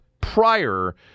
prior